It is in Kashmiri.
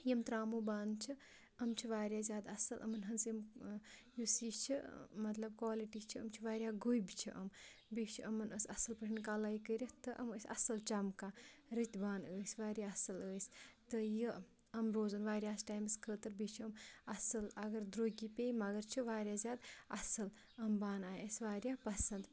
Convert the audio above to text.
یِم ترٛاموٗ بانہٕ چھِ یِم چھِ واریاہ زیادٕ اَصٕل یِمَن ہٕنٛز یِم یُس یہِ چھِ مطلب کالِٹی چھِ یِم چھِ واریاہ گوٚبۍ چھِ یِم بیٚیہِ چھِ یِمَن آسان اَصٕل پٲٹھۍ کَلٲے کٔرِتھ تہٕ أم ٲسۍ اَصٕل چَمکان رٔتۍ بانہٕ ٲسۍ واریاہ اَصٕل ٲسۍ تہٕ یہِ یِم روزَن واریاہَس ٹایمَس خٲطرٕ بیٚیہِ چھِ یِم اَصٕل اگر دروٚگی یِم پے مگر چھِ واریاہ زیادٕ اَصٕل یِم بانہٕ آے اَسہِ واریاہ پَسنٛد